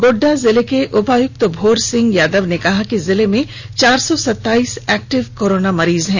गोड्डा जिले के उपायुक्त भोर सिंह यादव ने कहा कि जिले में चार सौ सत्ताइस एक्टिव कोरोना मरीज हैं